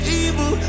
evil